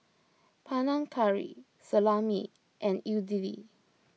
Panang Curry Salami and Idili